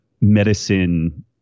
medicine